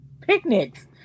picnics